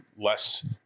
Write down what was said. less